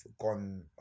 gone